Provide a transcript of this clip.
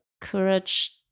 courage